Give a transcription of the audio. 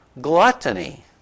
gluttony